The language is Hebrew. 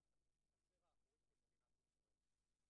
אל החצר האחורית של מדינת ישראל.